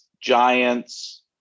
Giants